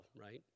right